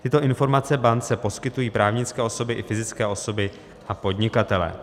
Tyto informace bance poskytují právnické osoby i fyzické osoby a podnikatelé.